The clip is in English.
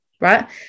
Right